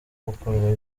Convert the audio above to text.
gukorwaho